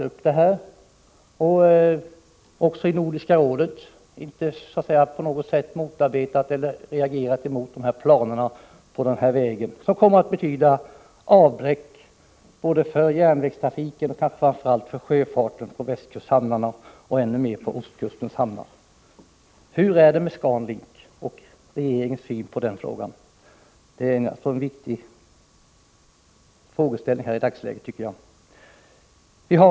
Inte heller i Nordiska rådet har man på något sätt motarbetat planerna på denna väg, som kommer att betyda ett avbräck för järnvägstrafiken men framför allt för sjöfarten på västkusthamnarna och ännu mer på ostkusthamnarna. Vilken är regeringens syn på Scan Link? Det är viktigt att få ett svar i dagsläget.